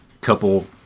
couple